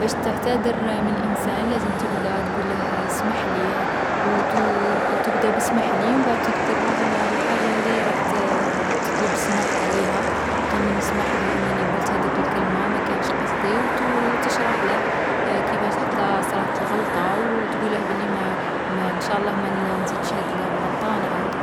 باش تعتذر من انسان، لازم تبدا تقوله اسمحلي، و تـ و تبدا باسمحلي و مبعد تذكرله الـ الحاجة لي راك تـ تطلب السماح عليها. مثلا، اسمحلي أنني قلت هاذيك الكلمة ماكانش قصدي و تـ تشرحله كيفاش حتى صرات الغلطة او تقوله بلي ما مانـ ان شاء الله ما نزيدش هاذ الغلطة نعاودها.